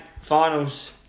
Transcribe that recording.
finals